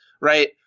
Right